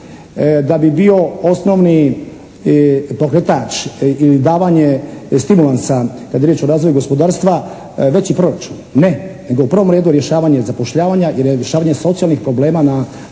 da bi bio osnovni pokretač ili davanje stimulansa kada je riječ o razvoju gospodarstva veći proračun. Ne. Nego u prvom redu rješavanje zapošljavanja i rješavanje socijalnih problema na dotičnom